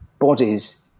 Bodies